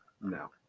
no